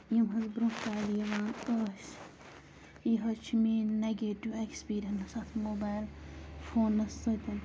یِم حظ برٛونٛہہ کالہِ یِوان ٲسۍ یہِ حظ چھِ میٛٲنۍ نَگیٹِو اٮ۪کٕسپیٖریَنٕس اَتھ موبایِل فونَس سۭتۍ